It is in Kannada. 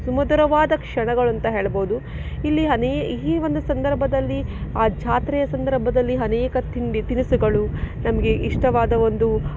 ಸುಮಧುರವಾದ ಕ್ಷಣಗಳು ಅಂತ ಹೇಳ್ಬೌದು ಇಲ್ಲಿ ಅನೇಕ ಈ ಒಂದು ಸಂದರ್ಭದಲ್ಲಿ ಆ ಜಾತ್ರೆಯ ಸಂದರ್ಭದಲ್ಲಿ ಅನೇಕ ತಿಂಡಿ ತಿನಿಸುಗಳು ನಮಗೆ ಇಷ್ಟವಾದ ಒಂದು